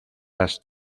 las